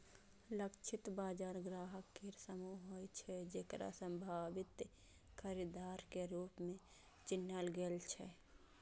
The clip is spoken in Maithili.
लक्षित बाजार ग्राहक केर समूह होइ छै, जेकरा संभावित खरीदार के रूप मे चिन्हल गेल छै